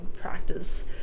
practice